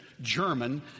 German